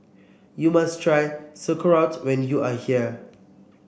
you must try Sauerkraut when you are here